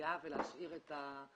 העירייה ולהשאיר את החכירה?